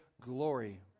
glory